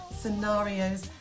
scenarios